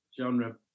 genre